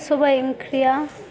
सबाय ओंख्रिया